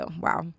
Wow